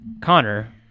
connor